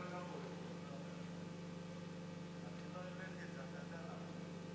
מיקרופון.